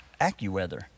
AccuWeather